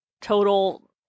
total